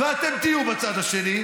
ואתם תהיו בצד השני.